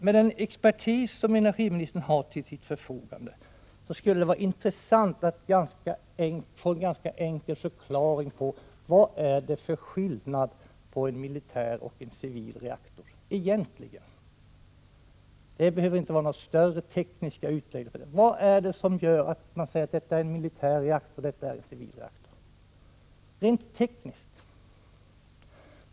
Med den expertis som energiministern har till sitt förfogande skulle det vara intressant att få en enkel förklaring till vad det egentligen är för skillnad mellan en militär och en civil reaktor. Det behöver inte vara i form av några större tekniska utläggningar: Vad är det rent tekniskt som gör att man säger att detta är en militär reaktor, detta är en civil reaktor?